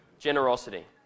generosity